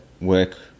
work